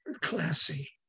classy